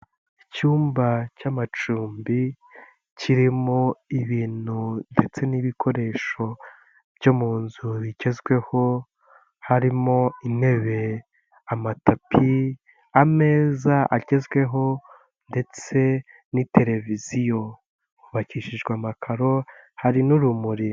Icyumba cy'amacumbi kirimo ibintu ndetse n'ibikoresho byo mu nzu bigezweho harimo intebe, amatapi, ameza agezweho ndetse n'i televiziyo hubakishijwe amakaro hari n'urumuri.